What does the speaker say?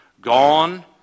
Gone